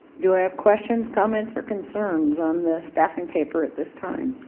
do i have questions, comments or concerns on the staffing paper at this time?